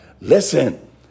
Listen